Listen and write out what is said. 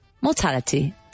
mortality